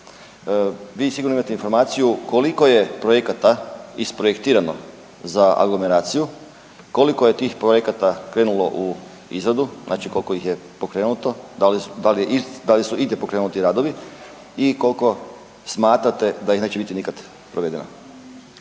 Vi sigurno imate informaciju koliko je projekata isprojektirano za aglomeraciju, koliko je tih projekata krenulo u izradu, znači koliko ih je pokrenuto, da li su igdje pokrenuti radovi i kolko smatrate da ih neće biti nikad provedena?